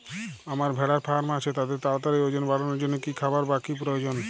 আমার ভেড়ার ফার্ম আছে তাদের তাড়াতাড়ি ওজন বাড়ানোর জন্য কী খাবার বা কী প্রয়োজন?